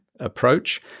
approach